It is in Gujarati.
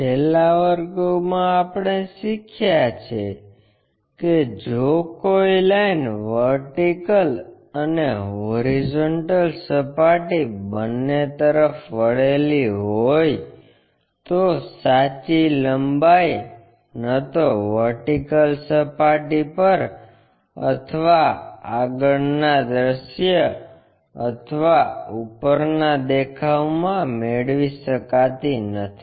છેલ્લા વર્ગોમાં આપણે શીખ્યા છે કે જો કોઈ લાઈન વર્ટિકલ અને હોરિઝોન્ટલ સપાટી બંને તરફ વળેલી હોય તો સાચી લંબાઈ ન તો વર્ટિકલ સપાટી પર અથવા આગળના દૃશ્ય અથવા ઉપરના દેખાવમાં મેળવી શકાતી નથી